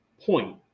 point